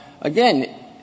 again